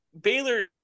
Baylor